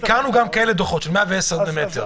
הכרנו גם דוחות על 110 מטר.